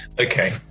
Okay